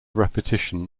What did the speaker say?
repetition